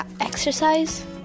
exercise